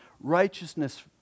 righteousness